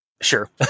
Sure